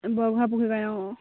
বৰগোঁহাই পুখুৰী পাই অঁ